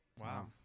Wow